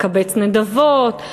לקבץ נדבות,